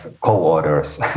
co-orders